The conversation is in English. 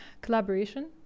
collaboration